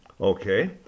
Okay